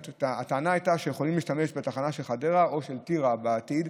הטענה הייתה שיכולים להשתמש בתחנה של חדרה או של טירה בעתיד,